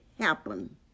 happen